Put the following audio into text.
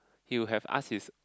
you have ask his